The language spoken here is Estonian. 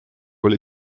oli